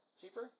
Cheaper